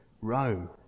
Rome